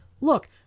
Look